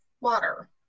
water